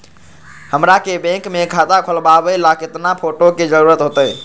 हमरा के बैंक में खाता खोलबाबे ला केतना फोटो के जरूरत होतई?